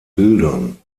bildern